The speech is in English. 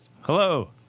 Hello